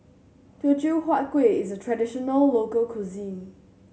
Teochew Huat Kueh is a traditional local cuisine